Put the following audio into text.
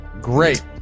Great